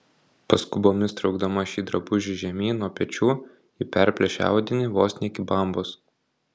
paskubomis traukdama šį drabužį žemyn nuo pečių ji perplėšė audinį vos ne iki bambos